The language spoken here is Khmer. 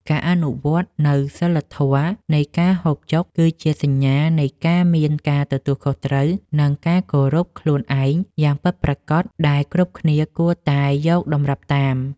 ការអនុវត្តនូវសីលធម៌នៃការហូបចុកគឺជាសញ្ញានៃការមានការទទួលខុសត្រូវ និង ការគោរពខ្លួនឯងយ៉ាងពិតប្រាកដដែលគ្រប់គ្នាគួរតែយកតម្រាប់តាម។